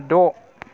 द'